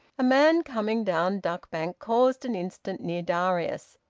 a man coming down duck bank paused an instant near darius,